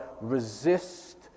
Resist